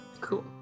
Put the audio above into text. cool